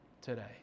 today